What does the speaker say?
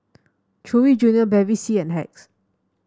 Chewy Junior Bevy C and Hacks